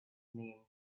name